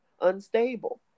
unstable